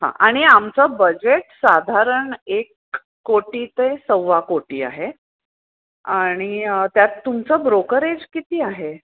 हां आणि आमचं बजेट साधारण एक कोटी ते सव्वा कोटी आहे आणि त्यात तुमचं ब्रोकरेज किती आहे